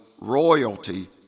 royalty